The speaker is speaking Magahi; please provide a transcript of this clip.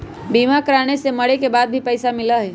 बीमा कराने से मरे के बाद भी पईसा मिलहई?